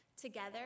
together